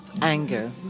anger